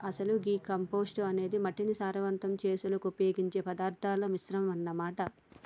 అసలు గీ కంపోస్టు అనేది మట్టిని సారవంతం సెసులుకు ఉపయోగించే పదార్థాల మిశ్రమం అన్న మాట